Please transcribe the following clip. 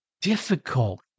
difficult